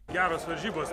geros varžybos